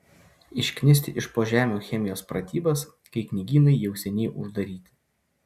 išknisti iš po žemių chemijos pratybas kai knygynai jau seniai uždaryti